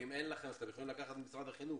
ואם אין לכם אתם יכולים לקחת ממשרד החינוך,